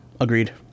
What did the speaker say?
Agreed